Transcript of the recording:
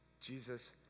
jesus